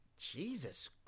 Jesus